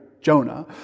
Jonah